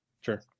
sure